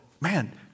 man